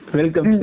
Welcome